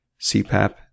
CPAP